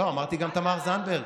לא, אמרתי: גם תמר זנדברג.